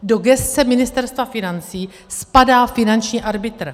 Do gesce Ministerstva financí spadá finanční arbitr.